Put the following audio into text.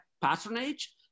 patronage